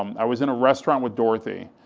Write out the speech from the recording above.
um i was in a restaurant with dorothy,